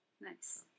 Nice